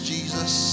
Jesus